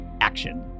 action